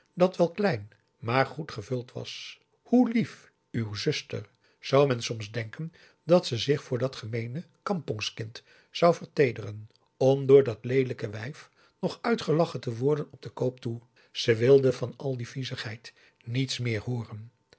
dat wel klein maar goed gevuld was hoe lief uw zuster zou men soms denken dat ze zich voor dat gemeene kampongskind zou verteederen om door dat leelijke wijf nog uitgelachen te worden op den koop toe ze wilde van al die viezigheid niets meer hooren